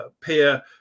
peer